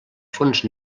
fons